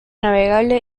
navegable